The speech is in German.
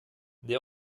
der